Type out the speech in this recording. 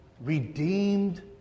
Redeemed